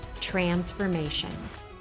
transformations